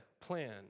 plan